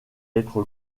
être